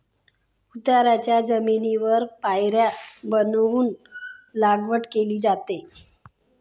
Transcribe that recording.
उताराच्या जमिनीवर पायऱ्या बनवून लागवड केली जाते